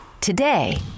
Today